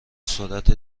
سرعت